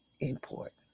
important